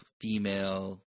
female